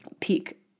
peak